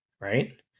right